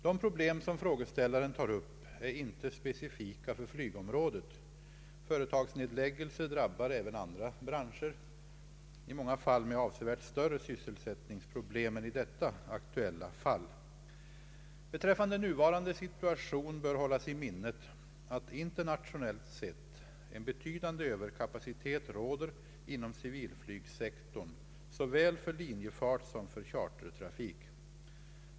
De problem som frågeställaren tar upp är inte specifika för flygområdet. Företagsnedläggelser drabbar även andra branscher, i många fall med avsevärt större sysselsättningsproblem än i detta aktuella fall. Beträffande nuvarande situation bör hållas i minnet att internationellt sett en betydande överkapacitet råder inom civilflygsektorn, såväl för linjefart som för chartertrafik.